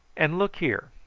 and, look here,